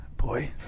Boy